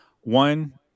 One